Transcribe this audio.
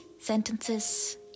sentences